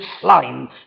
slime